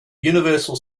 universal